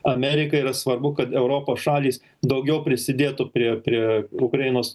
amerikai yra svarbu kad europos šalys daugiau prisidėtų prie prie ukrainos